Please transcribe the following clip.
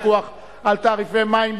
פיקוח על תעריפי מים),